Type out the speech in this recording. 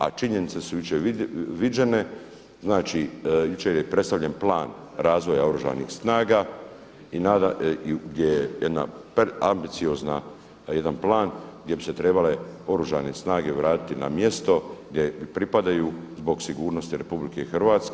A činjenice su jučer viđene, znači jučer je predstavljen plan razvoja Oružanih snaga gdje je jedna ambiciozna, jedan plan gdje bi se trebale Oružane snage vratiti na mjesto gdje i pripadaju zbog sigurnosti RH.